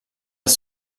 das